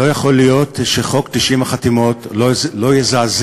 לא יכול להיות שחוק 90 החתימות לא יזעזע